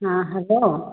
ହଁ ହ୍ୟାଲୋ